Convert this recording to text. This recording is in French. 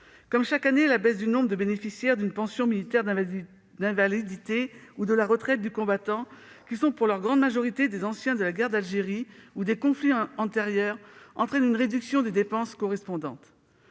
Comme chaque année, la baisse du nombre de bénéficiaires d'une pension militaire d'invalidité ou de la retraite du combattant, qui sont, pour leur grande majorité, des anciens de la guerre d'Algérie ou des conflits antérieurs, entraîne une réduction des dépenses correspondantes.